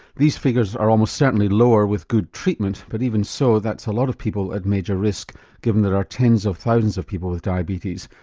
these figures are almost certainly lower with good treatment but even so that's a lot of people at major risk given there are tens of thousands of people with diabetes,